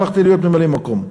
כשהפכתי להיות ממלא מקום.